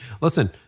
listen